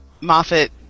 Moffat